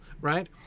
right